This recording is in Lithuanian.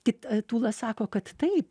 tik tūlas sako kad taip